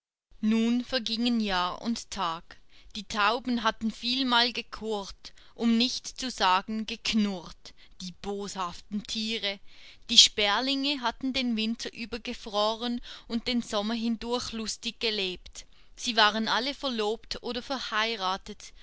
nun vergingen jahr und tag die tauben hatten vielmal gekurrt um nicht zu sagen geknurrt die boshaften tiere die sperlinge hatten den winter über gefroren und den sommer hindurch lustig gelebt sie waren alle verlobt oder verheiratet